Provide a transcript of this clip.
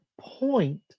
point